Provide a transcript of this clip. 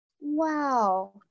Wow